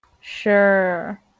sure